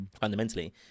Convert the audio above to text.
fundamentally